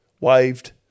waved